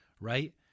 right